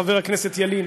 חבר הכנסת ילין,